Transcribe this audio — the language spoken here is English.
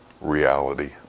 reality